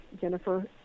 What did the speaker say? Jennifer